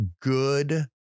good